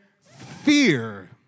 fear